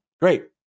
Great